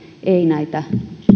ei näitä